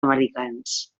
americans